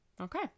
Okay